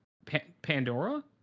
Pandora